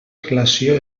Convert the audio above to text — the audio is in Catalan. relació